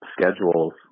schedules